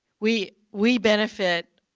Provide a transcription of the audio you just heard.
we we benefit,